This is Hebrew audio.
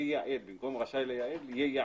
'ייעד', במקום 'רשאי לייעד' יהיה 'ייעד'.